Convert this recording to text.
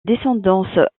descendance